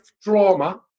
trauma